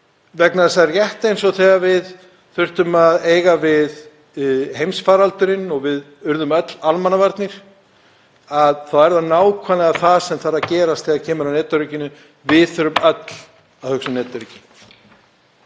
vegna þess að rétt eins og þegar við þurftum að eiga við heimsfaraldurinn og við urðum öll almannavarnir þá er það nákvæmlega það sem þarf að gerast þegar kemur að netöryggi. Við þurfum öll að hugsa um netöryggi.